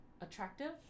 attractive